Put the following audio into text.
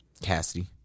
Cassidy